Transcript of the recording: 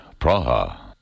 Praha